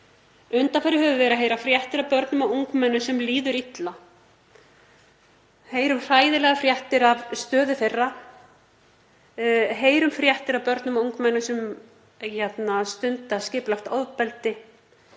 Undanfarið höfum við verið að heyra fréttir af börnum og ungmennum sem líður illa og við heyrum hræðilegar fréttir af stöðu þeirra. Við heyrum fréttir af börnum og ungmennum sem stunda skipulagt ofbeldi,